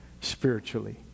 spiritually